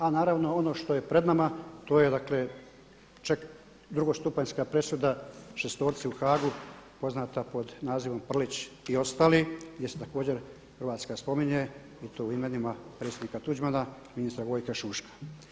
A naravno ono što je pred nama to je dakle drugostupanjska presuda šestorci u Haagu poznata pod nazivom „Prlić i ostali“ gdje se također Hrvatska spominje i to u … predsjednika Tuđmana, ministra Gojka Šuška.